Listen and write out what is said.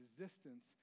resistance